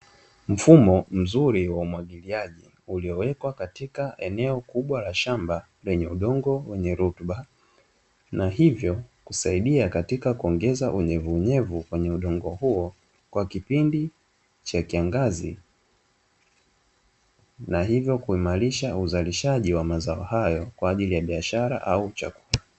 Mfumo mzuri wa umwagiliaji, uliowekwa katika eneo kubwa la shamba lenye udongo wenye rutuba, na hivyo kusaidia katika kuongeza unyevunyevu kwenye udongo huo kwa kipindi cha kiangazi, na hivyo kuimarisha uzalishaji wa mazao hayo, kwa ajili ya biashara au chakula.